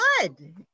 Good